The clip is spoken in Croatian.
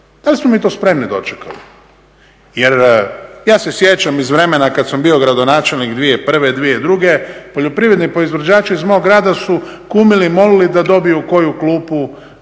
Da li smo mi to spremni dočekali? Jer ja se sjećam iz vremena kad sam bio gradonačelnik 2001., 2002., poljoprivredni proizvođači iz mog grada su kumili, molili da dobiju koju klupu